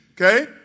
Okay